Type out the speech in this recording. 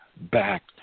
back